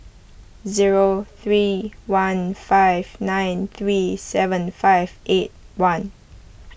zero three one five nine three seven five eight one